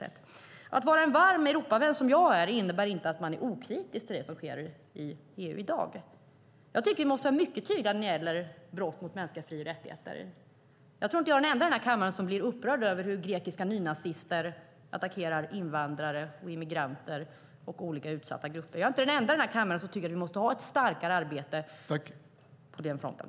Att som jag vara en varm Europavän innebär inte att man är okritisk till det som sker i EU i dag. Vi måste vara mycket tydliga när det gäller brott mot mänskliga fri och rättigheter. Jag tror inte att jag är den enda i denna kammare som blir upprörd över hur grekiska nynazister attackerar invandrare, immigranter och olika utsatta grupper. Jag är inte den enda i denna kammare som tycker att vi måste ha ett starkare arbete på den fronten.